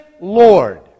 Lord